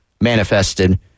manifested